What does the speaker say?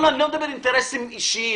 אני לא מדבר על אינטרסים אישיים,